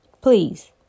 please